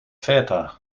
feta